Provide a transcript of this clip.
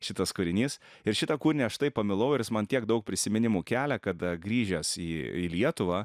šitas kūrinys ir šitą kūrinį aš taip pamilau ir jis man tiek daug prisiminimų kelia kad grįžęs į į lietuvą